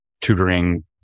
tutoring